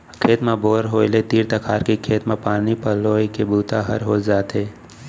खेत म बोर होय ले तीर तखार के खेत म पानी पलोए के बूता ह हो जाथे